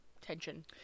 tension